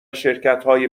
شرکتهای